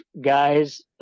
guys